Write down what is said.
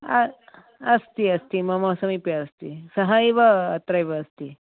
अस्ति अस्ति मम समीपे अस्ति सः एव अत्र एव अस्ति